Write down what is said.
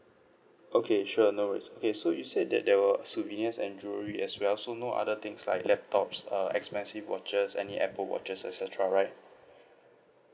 okay sure no worries okay so you said that there were a souvenirs and jewellery as well so no other things like laptops uh expensive watches any Apple watches et cetera right